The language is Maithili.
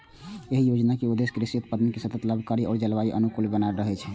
एहि योजनाक उद्देश्य कृषि उत्पादन कें सतत, लाभकारी आ जलवायु अनुकूल बनेनाय छै